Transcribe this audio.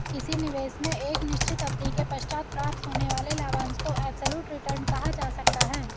किसी निवेश में एक निश्चित अवधि के पश्चात प्राप्त होने वाले लाभांश को एब्सलूट रिटर्न कहा जा सकता है